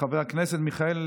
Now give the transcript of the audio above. חבר הכנסת משה טור פז,